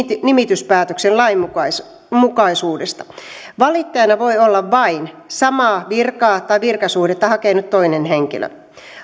nimityspäätöksen lainmukaisuudesta valittajana voi olla vain samaa virkaa tai virkasuhdetta hakenut toinen henkilö